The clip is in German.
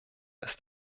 ist